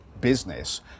business